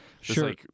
Sure